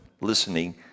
listening